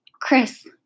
Chris